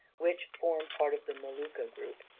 which form part of the molucca group.